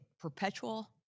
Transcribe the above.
perpetual